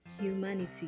humanity